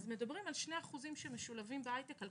אז מדברים על 2% שמשולבים בהייטק.